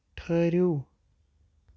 ٹھٔہرِو